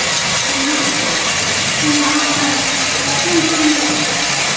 वहाँ हम वहाँ लखीमपुर में